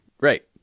Right